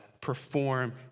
perform